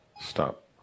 Stop